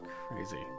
Crazy